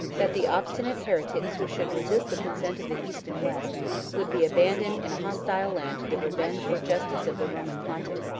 that the obstinate heretics who should resist the consent of the east and west would be abandoned in a hostile land to the revenge or justice of the roman pontiff.